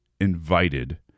invited